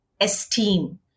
esteem